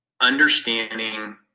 understanding